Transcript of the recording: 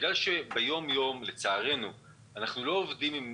בגלל שביום-יום לצערנו אנחנו לא עובדים עם